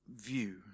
view